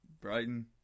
Brighton